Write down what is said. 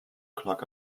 clog